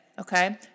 okay